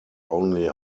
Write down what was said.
only